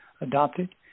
adopted